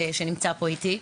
שנמצא פה איתי.